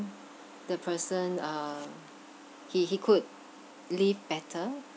the person uh he he could live better